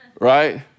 Right